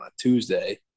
Tuesday